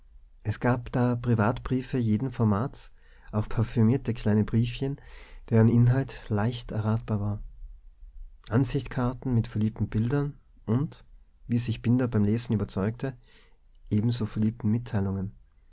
es gab da privatbriefe jeden formats auch parfümierte kleine briefchen deren inhalt leicht erratbar war ansichtskarten mit verliebten bildern und wie sich binder beim lesen überzeugte ebenso